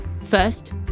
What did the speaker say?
First